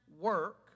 work